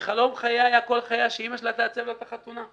וחלום חייה היה שאימא שלה תעצב לה את החתונה,